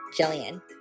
jillian